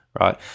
right